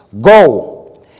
Go